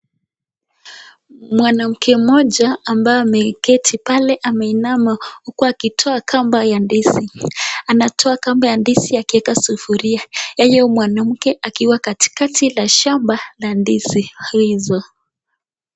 Mwanamke mmoja ambaye ameketi pale ameinama huku akitoa kamba ya ndizi. Anatoa kamba ya ndizi akiweka sufuria. Yeye mwanamke akiwa katikati la shamba la ndizi hizo.